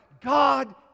God